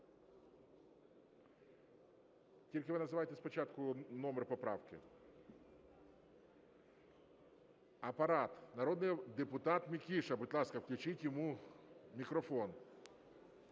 Тільки ви називаєте спочатку номер поправки. Апарат, народний депутат Микиша, будь ласка, включіть йому мікрофон.